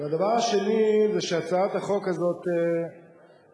והדבר השני זה שהצעת החוק הזאת נועדה